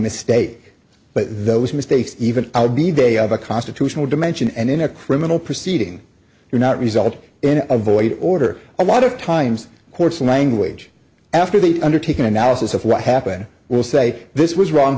mistake but those mistakes even be they of a constitutional dimension and in a criminal proceeding you're not result in a void order a lot of times coarse language after they undertake an analysis of what happened will say this was wrong